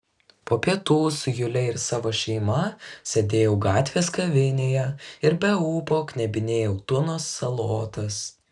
po pietų su jule ir savo šeima sėdėjau gatvės kavinėje ir be ūpo knebinėjau tuno salotas